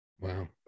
Wow